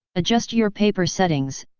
adjust your paper settings.